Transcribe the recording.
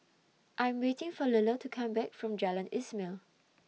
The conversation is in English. I Am waiting For Lilla to Come Back from Jalan Ismail